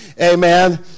Amen